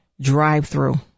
drive-through